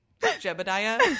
jebediah